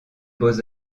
beaux